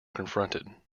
confronted